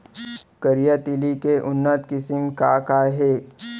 करिया तिलि के उन्नत किसिम का का हे?